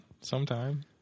Sometime